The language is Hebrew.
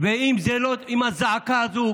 ואם הזעקה הזאת,